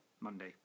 Monday